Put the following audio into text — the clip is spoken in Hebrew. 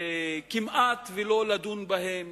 כמעט לא לדון בהם,